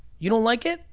you don't like it,